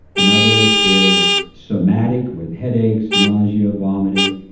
another is somatic with headaches nausea, vomiting.